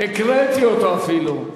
הקראתי את זה אפילו.